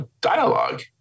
dialogue